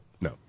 No